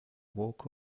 walk